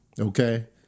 Okay